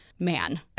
Man